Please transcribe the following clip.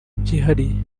byihariye